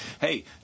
Hey